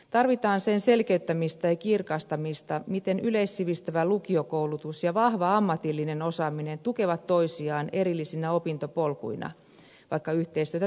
tarvitaan sen selkeyttämistä ja kirkastamista miten yleissivistävä lukiokoulutus ja vahva ammatillinen osaaminen tukevat toisiaan erillisinä opintopolkuina vaikka yhteistyötä tehdäänkin